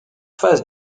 face